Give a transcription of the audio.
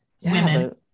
Women